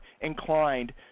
inclined